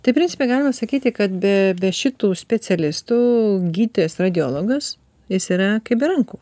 tai principe galima sakyti kad be be šitų specialistų gydytojas radiologas jis yra kaip be rankų